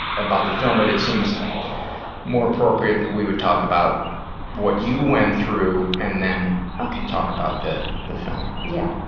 about the film but it seems more appropriate that we would talk about what you went through and then talk about the the film. yeah